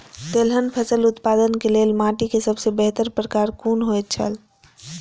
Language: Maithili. तेलहन फसल उत्पादन के लेल माटी के सबसे बेहतर प्रकार कुन होएत छल?